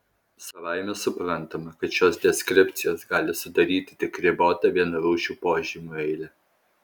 savaime suprantama kad šios deskripcijos gali sudaryti tik ribotą vienarūšių požymių eilę